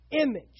image